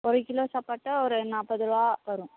ஒரு கிலோ சப்போட்டா ஒரு நாற்பது ரூபா வரும்